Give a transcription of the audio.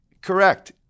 Correct